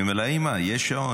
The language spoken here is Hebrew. אני אומר לה: אימא, יש שעון.